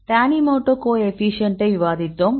Tanimoto கோஎஃபீஷியேன்ட்டை விவாதித்தோம்